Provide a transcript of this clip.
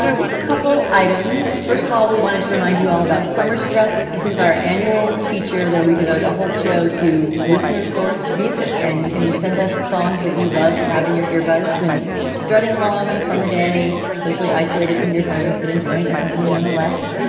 just a couple items. first of all, we wanted to remind you all about summer stretch. this is our annual feature where we devote a whole show to listeners sourced music. and you can send us songs that you love to have in your earbuds when starting along on a summer day, socially isolated from your friends, but enjoying their company nonetheless.